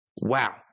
wow